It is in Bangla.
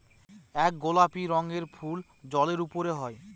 এক গোলাপি রঙের ফুল জলের উপরে হয়